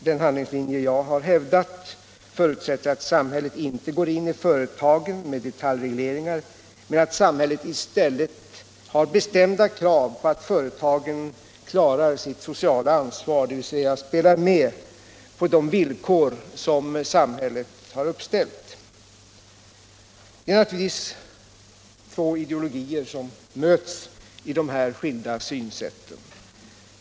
Den handlingslinje jag hävdat förutsätter att samhället inte går in i företagen med detaljregleringar utan i stället har bestämda krav på företagen att dessa skall klara sitt sociala ansvar, dvs. spela med på de villkor samhället uppställt. Det är naturligtvis två ideologier som möts i dessa skilda synsätt.